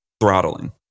throttling